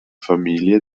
familie